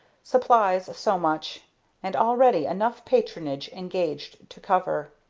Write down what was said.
supplies so much and already enough patronage engaged to cover.